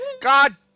God